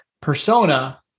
persona